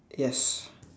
yes